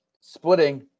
splitting